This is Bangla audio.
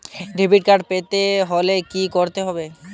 ডেবিটকার্ড পেতে হলে কি করতে হবে?